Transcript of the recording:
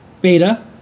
beta